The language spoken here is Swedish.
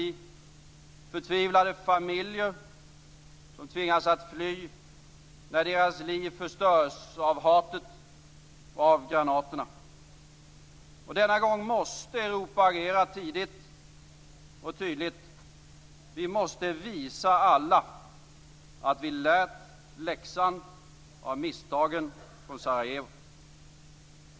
Vi ser förtvivlade familjer som tvingas fly när deras liv förstörs av hatet och av granaterna. Denna gång måste Europa agera tidigt och tydligt. Vi måste visa alla att vi lärt läxan av misstagen från Sarajevo.